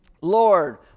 Lord